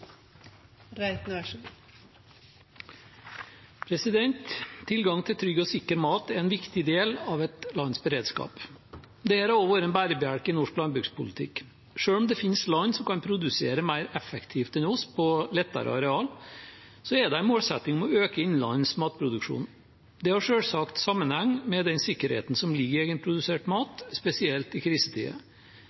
over. Tilgang til trygg og sikker mat er en viktig del av et lands beredskap. Det har også vært en bærebjelke i norsk landbrukspolitikk. Selv om det finnes land som kan produsere mer effektivt enn oss, på lettere areal, er det en målsetting å øke den matproduksjonen innenlands. Det har selvsagt sammenheng med den sikkerheten som ligger i egenprodusert mat, spesielt i